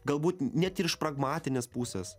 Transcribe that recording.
galbūt net ir iš pragmatinės pusės